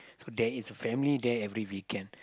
so there is a family there every weekend